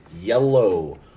yellow